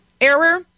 error